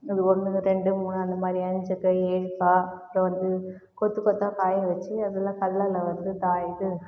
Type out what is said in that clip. ஒன்றுது ரெண்டு மூணு அந்த மாரி அஞ்சிக்கா ஏழுக்கா அப்புறம் வந்து கொத்து கொத்தாக காய வச்சு அதில் கல்லளவு வந்து தாயம் இது